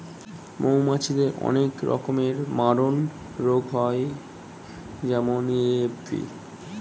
মৌমাছিদের অনেক রকমের মারণরোগ হয় যেমন এ.এফ.বি